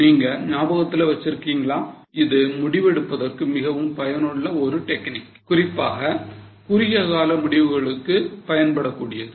நீங்க ஞாபகத்துல வச்சிருக்கீங்களா இது முடிவெடுப்பதற்கு மிகவும் பயனுள்ள ஒரு டெக்னிக் குறிப்பாக குறுகியகால முடிவுகளுக்கு பயன்படக்கூடியது